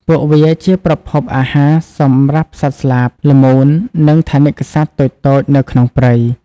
ពួកវាជាប្រភពអាហារសម្រាប់សត្វស្លាប ល្មូន និងថនិកសត្វតូចៗនៅក្នុងព្រៃ។